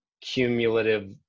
cumulative